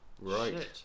Right